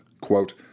quote